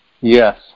yes